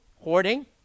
hoarding